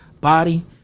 body